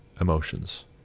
emotions